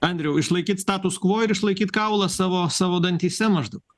andriau išlaikyt status kvo ir išlaikytikaulą savo savo dantyse maždaug